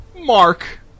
Mark